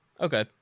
Okay